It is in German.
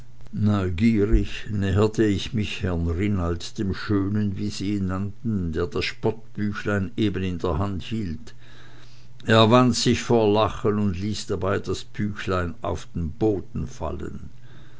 neugierig näherte ich mich herrn rinald dem schönen wie sie ihn nannten der das spottbüchlein eben in der hand hielt fr wand sich vor lachen und ließ dabei das büchlein auf den boden fallen